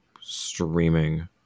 streaming